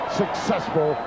successful